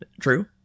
True